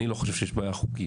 אני לא חושב שיש בעיה חוקית.